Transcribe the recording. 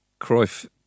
Cruyff